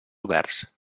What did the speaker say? oberts